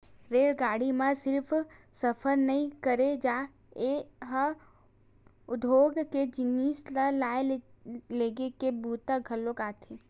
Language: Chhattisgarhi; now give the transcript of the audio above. रेलगाड़ी म सिरिफ सफर नइ करे जाए ए ह उद्योग के जिनिस ल लाए लेगे के बूता घलोक आथे